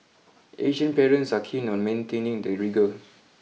Asian parents are keen on maintaining the rigour